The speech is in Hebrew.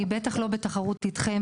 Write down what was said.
אני בטח לא בתחרות אתכם,